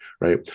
Right